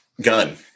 gun